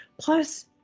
Plus